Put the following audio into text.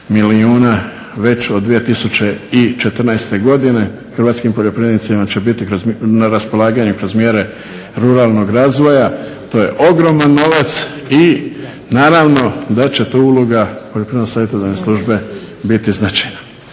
Već od 2014. godine hrvatskim poljoprivrednicima će biti na raspolaganju kroz mjere ruralnog razvoja. To je ogroman novac i naravno da će tu uloga Poljoprivredno savjetodavne službe biti značajna.